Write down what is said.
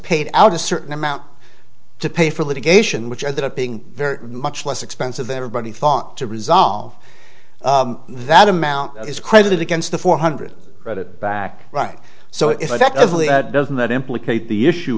paid out a certain amount to pay for litigation which ended up being very much less expensive everybody thought to resolve that amount is credited against the four hundred read it back right so effectively doesn't that implicate the issue